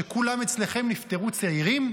שכולם אצלכם נפטרו צעירים?